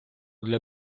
для